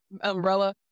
umbrella